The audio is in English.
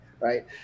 Right